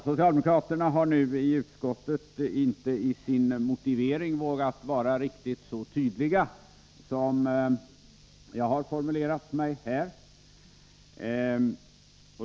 Socialdemokraterna har nu i sin motivering i betänkandet inte vågat vara riktigt så tydliga som jag varit när jag formulerat mig här.